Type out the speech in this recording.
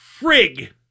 frig